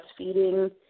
breastfeeding